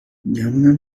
گمونم